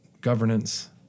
governance